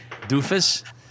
Doofus